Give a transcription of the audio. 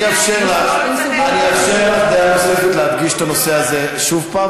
אני אאפשר לך דעה נוספת להדגיש את הנושא הזה שוב הפעם,